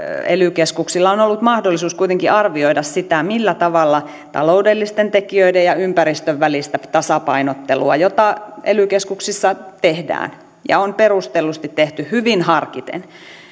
ely keskuksilla on on ollut mahdollisuus kuitenkin arvioida sitä millä tavalla taloudellisten tekijöiden ja ympäristön välillä tasapainotellaan mitä ely keskuksissa tehdään ja sitä on perustellusti tehty hyvin harkiten niin